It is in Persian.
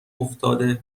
افتاده